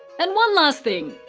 and one last thing!